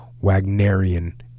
Wagnerian